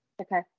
Okay